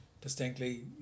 distinctly